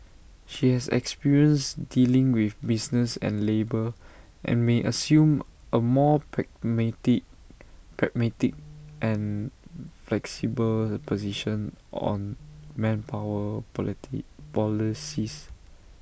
she has experience dealing with business and labour and may assume A more pragmatic pragmatic and flexible position on manpower polity policies